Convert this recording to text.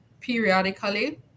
periodically